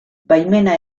baimena